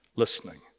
listening